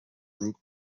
group